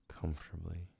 comfortably